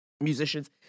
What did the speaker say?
musicians